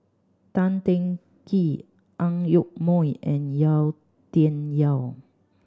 Tan Teng Kee Ang Yoke Mooi and Yau Tian Yau